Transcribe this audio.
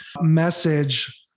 Message